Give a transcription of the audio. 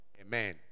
Amen